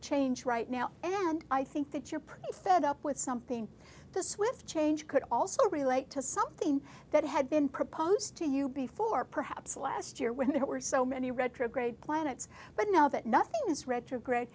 change right now and i think that you're pretty fed up with something the swift change could also relate to something that had been proposed to you before perhaps last year when it were so many retrograde planets but now that nothing is retrograde